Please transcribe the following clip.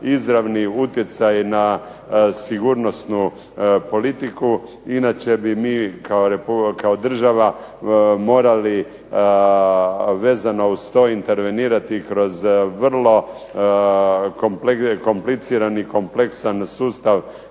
izravni utjecaj na sigurnosnu politiku. Inače bi mi kao država morali vezano uz to intervenirati kroz vrlo komplicirani i kompleksan sustav